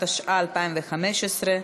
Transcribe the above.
התשע"ה 2015,